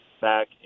back